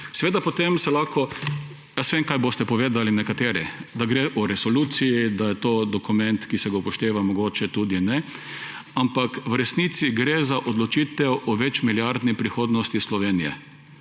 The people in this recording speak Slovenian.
jedrska. Seveda, jaz vem, kaj boste povedali nekateri – da gre za resolucijo, da je to dokument, ki se ga upošteva, mogoče tudi ne. Ampak v resnici gre za odločitev o večmilijardni prihodnosti Slovenije,